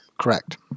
Correct